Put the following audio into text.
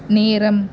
நேரம்